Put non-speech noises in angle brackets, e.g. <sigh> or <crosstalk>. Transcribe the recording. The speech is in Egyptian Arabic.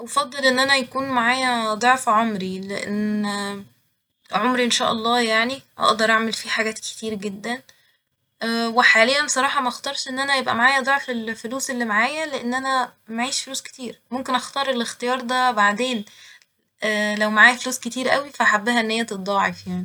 افضل ان انا يكون معايا <hesitation> ضعف عمري لان <hesitation> عمري ان شاء الله يعني اقدر اعمل فيه حاجات كتير جدا <hesitation> وحاليا صراحة مختارش ان انا يبقى معايا ضعف الفلوس اللي معايا لان انا معيش فلوس كتير ، ممكن اختار الاختيار ده بعدين <hesitation> لو معايا فلوس كتير اوي ف احبها ان هي تتضاعف يعني